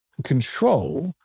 control